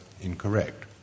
incorrect